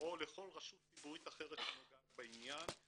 או לכל רשות ציבורית אחרת שנוגעת בעניין,